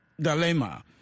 Dilemma